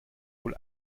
wohl